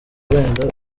wenda